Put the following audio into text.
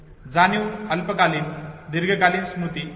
जाणीव अल्पकालीन आणि दीर्घकालीन स्मृती या होय